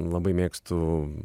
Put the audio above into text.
labai mėgstu